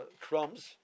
crumbs